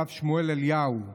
הרב שמואל אליהו,